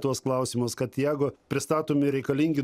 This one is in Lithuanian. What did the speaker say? tuos klausimus kad jeigu pristatomi reikalingi